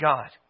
God